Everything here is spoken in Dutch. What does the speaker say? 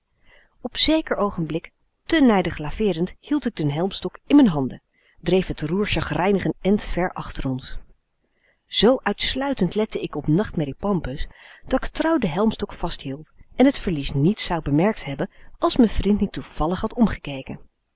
op zeker oogenblik tè nijdig laveerend hield ik den helmstok in m'n handen dreef het roer chagrijnig n end ver achter ons z uitsluitend lette ik op nachtmerrie pampus dat k trouw den helmstok vasthield en het verlies niet zou bemerkt hebben als m'n vriend niet toevallig had omgekeken